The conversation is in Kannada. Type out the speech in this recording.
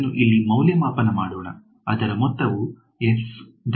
ಇದನ್ನು ಇಲ್ಲಿ ಮೌಲ್ಯಮಾಪನ ಮಾಡೋಣ ಅದರ ಮೊತ್ತವು